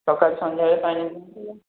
ସକାଳୁ ସନ୍ଧ୍ୟାବେଳେ ପାଣି ଦିଅନ୍ତୁ